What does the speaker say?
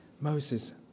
Moses